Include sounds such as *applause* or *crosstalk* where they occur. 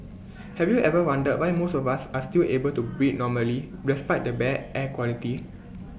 *noise* have you ever wondered why most of us are still able to breathe normally despite the bad air quality